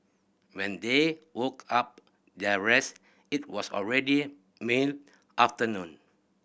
when they woke up their rest it was already mid afternoon